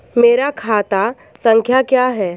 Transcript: मेरा खाता संख्या क्या है?